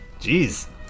Jeez